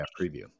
preview